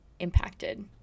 impacted